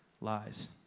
lies